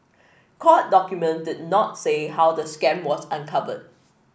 court documents did not say how the scam was uncovered